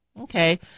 Okay